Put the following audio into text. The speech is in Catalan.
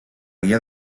guia